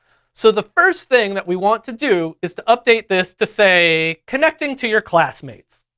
so the first thing that we want to do is to update this to say connecting to your classmates.